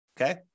okay